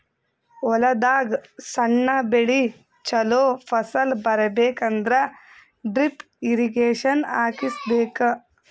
ಹೊಲದಾಗ್ ಸಣ್ಣ ಬೆಳಿ ಚೊಲೋ ಫಸಲ್ ಬರಬೇಕ್ ಅಂದ್ರ ಡ್ರಿಪ್ ಇರ್ರೀಗೇಷನ್ ಹಾಕಿಸ್ಬೇಕ್